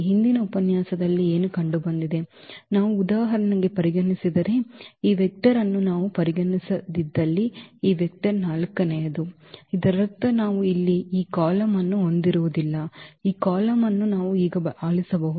ಹಿಂದಿನ ಉಪನ್ಯಾಸದಲ್ಲಿ ಏನು ಕಂಡುಬಂದಿದೆ ನಾವು ಉದಾಹರಣೆಗೆ ಪರಿಗಣಿಸದಿದ್ದರೆ ಈ ವೆಕ್ಟರ್ ಅನ್ನು ನಾವು ಪರಿಗಣಿಸದಿದ್ದಲ್ಲಿ ಈ ವೆಕ್ಟರ್ ನಾಲ್ಕನೆಯದು ಇದರರ್ಥ ನಾವು ಇಲ್ಲಿ ಈ ಕಾಲಮ್ ಅನ್ನು ಹೊಂದಿರುವುದಿಲ್ಲ ಈ ಕಾಲಮ್ ಅನ್ನು ನಾವು ಈಗ ಅಳಿಸಬಹುದು